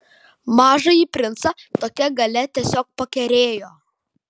mažąjį princą tokia galia tiesiog pakerėjo